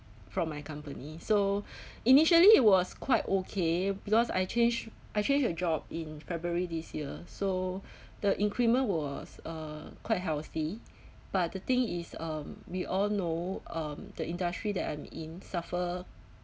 from my company so initially it was quite okay because I change I change the job in february this year so the increment was uh quite healthy but the thing is um we all know um the industry that I'm in suffer